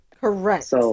Correct